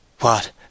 What